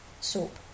soap